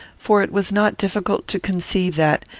for it was not difficult to conceive that,